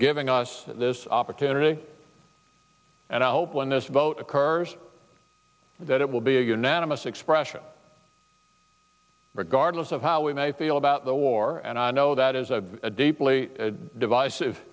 giving us this opportunity and i hope when this vote occurs that it will be a unanimous expression regardless of how we may feel about the war and i know that is a a deeply divisive